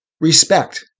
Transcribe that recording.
respect